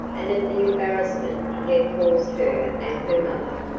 and of the embarrassment he had caused her and her mother.